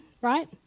right